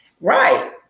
right